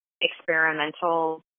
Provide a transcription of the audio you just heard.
experimental